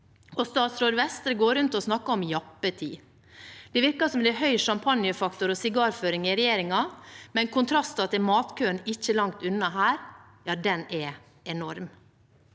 og statsråd Vestre går rundt og snakker om jappetid. Det virker som det er høy sjampanjefaktor og sigarføring i regjeringen, men kontrasten til matkøen ikke langt unna her, ja, den er enorm.